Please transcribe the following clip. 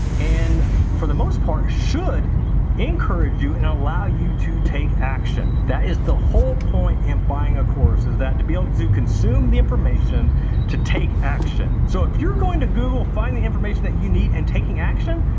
and for the most part, should encourage you and allow you to take action. that is the whole point in buying a course is that to be able to consume the information to take action. so if you're going to google, find the information that you need and taking action,